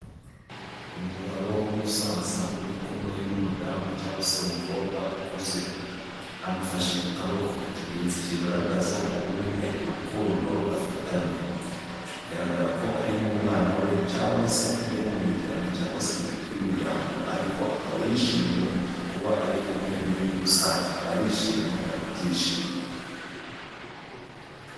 Umugabo w'umusaza uri kumwe n'umudamu cyangwa se umukobwa ukuze, amufashe ku kaboko, ikimenyetso kigaragaza ubumwe, urukundo bafitanye, bigaragara ko ari nk'umwana we cyangwa se undi wo mu muryango, cyangwa se inshuti y'umuryango, ariko akaba yishimiye kuba ari kumwe n'uyu musaza, barishimye bari mu byishimo.